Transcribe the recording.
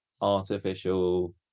artificial